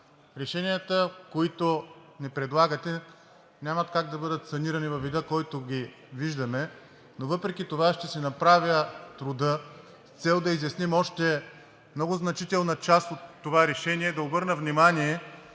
Решенията, които ни предлагате, няма как да бъдат санирани във вида, в който ги виждаме. Но въпреки това аз ще си направя труда с цел да изясним още много значителна част от това решение, да обърна внимание,